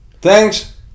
Thanks